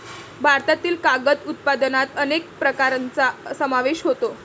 भारतातील कागद उत्पादनात अनेक प्रकारांचा समावेश होतो